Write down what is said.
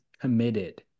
committed